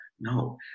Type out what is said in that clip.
No